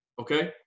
okay